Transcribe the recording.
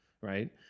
right